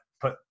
put